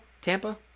Tampa